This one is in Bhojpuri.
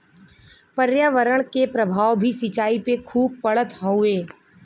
पर्यावरण के प्रभाव भी सिंचाई पे खूब पड़त हउवे